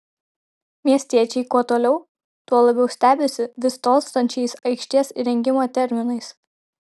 miestiečiai kuo toliau tuo labiau stebisi vis tolstančiais aikštės įrengimo terminais